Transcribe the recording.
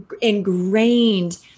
ingrained